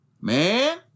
Man